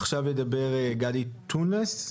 עכשיו ידבר גדי טונס,